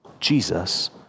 Jesus